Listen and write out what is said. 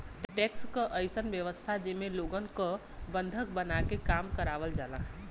tax क अइसन व्यवस्था जेमे लोगन क बंधक बनाके काम करावल जाला